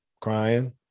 crying